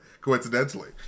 coincidentally